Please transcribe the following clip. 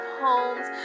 homes